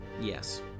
Yes